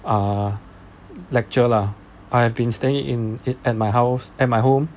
uh lecture lah I have been staying in in at my house at my home